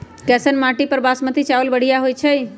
कैसन माटी पर बासमती चावल बढ़िया होई छई?